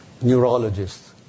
neurologists